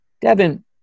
Devin